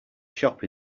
shop